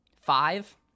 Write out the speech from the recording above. Five